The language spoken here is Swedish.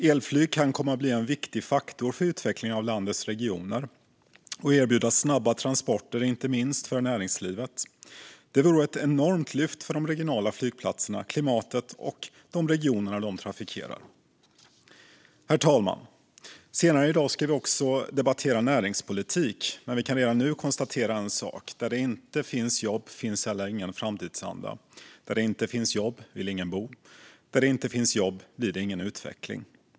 Elflyg kan komma att bli en viktig faktor för utvecklingen av landets regioner och erbjuda snabba transporter, inte minst för näringslivet. Det vore ett enormt lyft för de regionala flygplatserna, för de regioner de trafikerar och för klimatet. Herr talman! Senare i dag ska vi också debattera näringspolitik. Men vi kan redan nu konstatera några saker: Där det inte finns jobb finns heller ingen framtidsanda. Där det inte finns jobb vill ingen bo. Där det inte finns jobb blir det ingen utveckling.